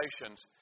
relations